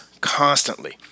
constantly